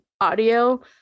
audio